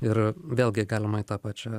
ir vėlgi galima eit į tą pačią